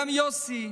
גם יוסי,